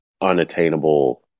unattainable